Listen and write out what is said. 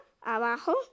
abajo